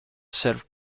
served